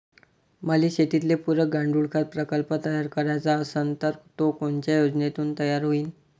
मले शेतीले पुरक गांडूळखत प्रकल्प तयार करायचा असन तर तो कोनच्या योजनेतून तयार होईन?